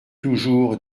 toujours